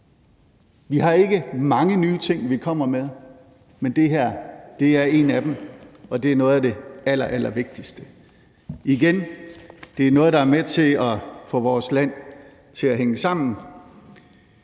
Vi har ikke mange nye ting, vi kommer med, men det her er en af dem, og det er noget af det allerallervigtigste. Igen: Det er noget, der er med til at få vores land til at hænge sammen.